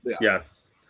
Yes